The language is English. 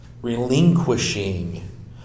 relinquishing